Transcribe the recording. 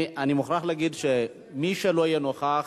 אני מוכרח להגיד ולהכריז שמי שלא יהיה נוכח